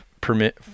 permit